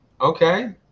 Okay